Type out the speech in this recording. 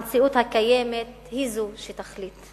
המציאות הקיימת היא זו שתחליט.